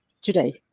today